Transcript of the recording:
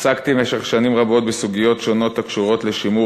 עסקתי במשך שנים רבות בסוגיות שונות הקשורות לשימור